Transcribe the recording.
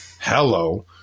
hello